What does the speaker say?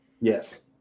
yes